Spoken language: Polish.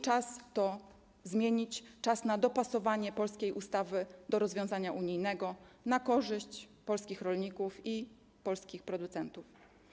Czas to zmienić, czas na dopasowanie polskiej ustawy do rozwiązania unijnego na korzyść polskich rolników i polskich producentów.